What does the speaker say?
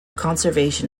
conservation